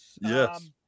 Yes